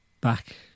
back